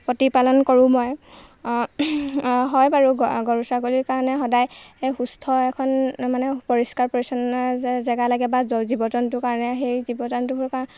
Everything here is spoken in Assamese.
প্ৰতিপালন কৰোঁ মই হয় বাৰু গ গৰু ছাগলীৰ কাৰণে সদায় সুস্থ এখন মানে পৰিষ্কাৰ পৰিচ্ছন্ন যে জেগা লাগে বা জ জীৱ জন্তুৰ কাৰণে যে সেই জীৱ জন্তুবোৰ